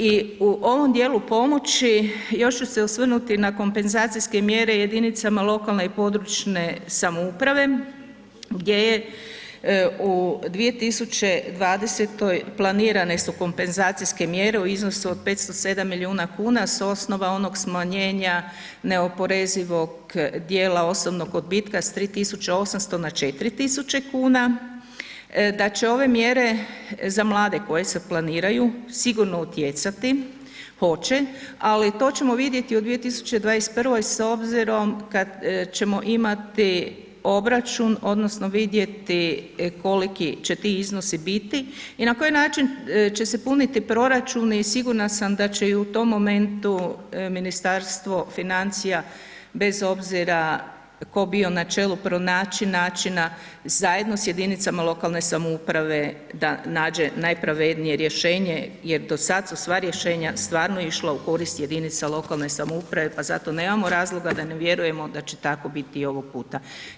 I u ovom dijelu pomoći još ću se osvrnuti na kompenzacijske mjere jedinicama lokalne i područne samouprave gdje je u 2020. planirane su kompenzacijske mjere u iznosu od 507 milijuna kuna s osnova onog smanjenja neoporezivog dijela osobnog odbitka sa 3800 na 4000 tisuće kuna, da će ove mjere za mlade koje se planiraju sigurno utjecati, hoće, ali to ćemo vidjeti u 2021. s obzirom kada ćemo imati obračun odnosno vidjeti koliki će ti iznosi biti i na koji način će se puniti proračuni i sigurna sam da će i u tom momentu Ministarstvo financija bez obzira tko bio na čelu pronaći načina zajedno sa jedinicama lokalne samouprave da nađe najpravednije rješenje jer do sada su sva rješenja stvarno išla u korist jedinica lokalne samouprave pa zato nemamo razloga da ne vjerujemo da će tako biti i ovog puta.